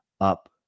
up